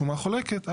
שומה חולקת,